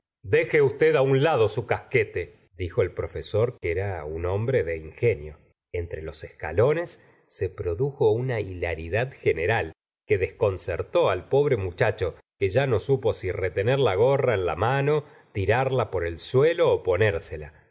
deje usted á un lado su casquete dijo el profesor que era un hombre de ingenio entre los escalones se produjo una hilaridad general que desconcertó al pobre muchacho que ya no supo si retener la gorra en la mano tirarla por el suelo ponérsela